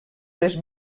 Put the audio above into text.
les